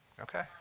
Okay